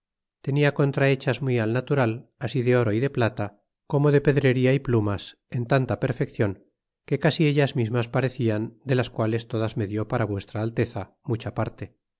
tenia contra hechas muy al natural así de oro y de plata como de pedre ria y plumas en tanta perfeecion que casi ellas mismas pa rescian de las piales todas me dió para v alteza mucha parte